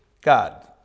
God